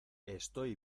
estoy